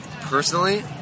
Personally